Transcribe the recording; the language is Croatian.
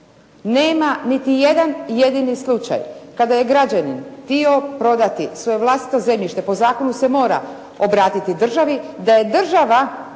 nema niti jedan jedini slučaj kada je građanin htio prodati svoje vlastito zemljište, po zakonu se mora obratiti državi, da je država